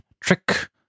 trick